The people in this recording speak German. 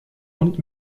und